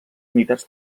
unitats